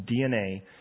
DNA